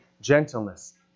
gentleness